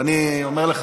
ואני אומר לך,